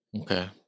Okay